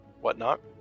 whatnot